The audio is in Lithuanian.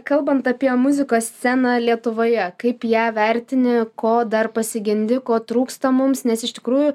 kalbant apie muzikos sceną lietuvoje kaip ją vertini ko dar pasigendi ko trūksta mums nes iš tikrųjų